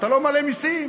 אתה לא מעלה מסים,